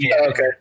Okay